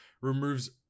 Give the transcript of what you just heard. removes